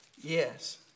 Yes